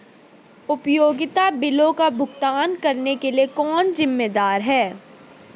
उपयोगिता बिलों का भुगतान करने के लिए कौन जिम्मेदार है?